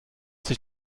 sich